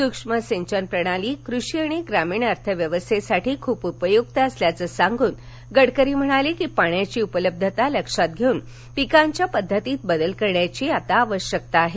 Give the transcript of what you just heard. सूक्ष्म सिंचन प्रणाली कृषी आणि ग्रामीण अर्थव्यवस्थेसाठी खूप उपयुक असल्याचं सांगून गडकरी म्हणाले पाण्याची उपलब्धता लक्षात धेऊन पिकांच्या पद्धतीत बदल करण्याची आता आवश्यकता आहे